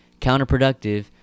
counterproductive